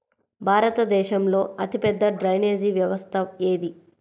భారతదేశంలో అతిపెద్ద డ్రైనేజీ వ్యవస్థ ఏది?